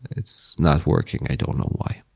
it's not working. i don't know why.